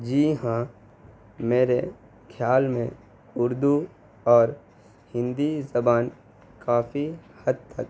جی ہاں میرے خیال میں اردو اور ہندی زبان کافی حد تک